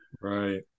right